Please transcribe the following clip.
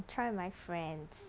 try my friends